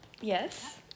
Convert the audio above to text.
Yes